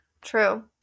True